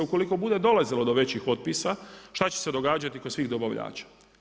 Ukoliko bude dolazilo do većih otpisa, što će se događati kod svih dobavljača?